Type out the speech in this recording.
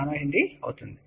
8 nH అవుతుంది